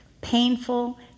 painful